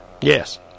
Yes